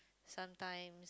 sometime